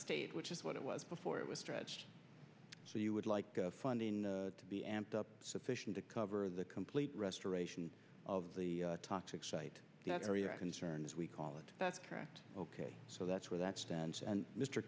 state which is what it was before it was stretched so you would like funding to be amped up sufficient to cover the complete restoration of the toxic site that area concerns as we call it that's correct ok so that's where that stands and mr